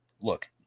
Look